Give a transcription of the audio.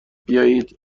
بیایید